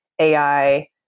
AI